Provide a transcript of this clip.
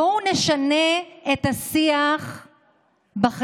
בואו נשנה את השיח בחברה,